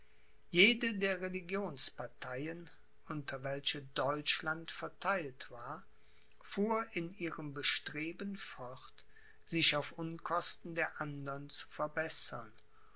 jede der religionsparteien unter welche deutschland vertheilt war fuhr in ihrem bestreben fort sich auf unkosten der andern zu verbessern